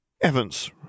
Evans